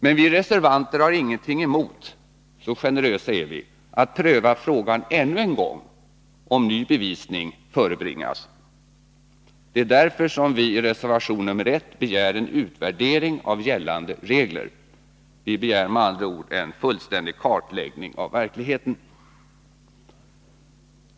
Men vi reservanter har ingenting emot — så generösa är vi — att pröva frågan ännu en gång, om ny bevisning förebringas. Det är därför som vi i reservation nr 1 begär en utvärdering av gällande regler. Vi begär med andra ord en fullständig kartläggning av verkligheten.